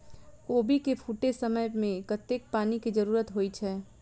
कोबी केँ फूटे समय मे कतेक पानि केँ जरूरत होइ छै?